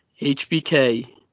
HBK